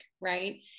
right